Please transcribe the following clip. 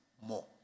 more